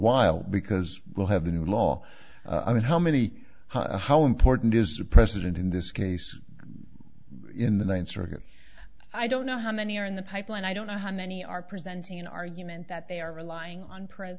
while because we'll have the new law i mean how many how important is a president in this case in the ninth circuit i don't know how many are in the pipeline i don't know how many are presenting an argument that they are relying on prin